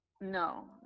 no